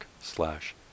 slash